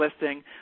listing